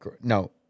No